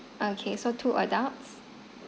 okay so two adults